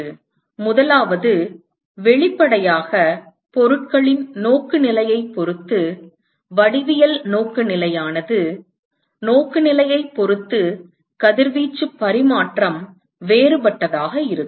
எனவே முதலாவது வெளிப்படையாக பொருட்களின் நோக்குநிலையைப் பொறுத்து வடிவியல் நோக்குநிலையானது நோக்குநிலையைப் பொறுத்து கதிர்வீச்சு பரிமாற்றம் வேறுபட்டதாக இருக்கும்